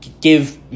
give